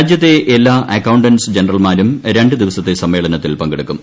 രാജ്യത്തെ എല്ലാ അക്കൌണ്ട്ന്റ്സ് ജനറൽമാരും രണ്ടു ദിവസത്തെ സമ്മേളനത്തിൽ പങ്കെടുക്കും